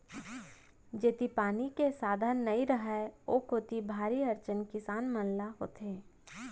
जेती पानी के साधन नइ रहय ओ कोती भारी अड़चन किसान मन ल होथे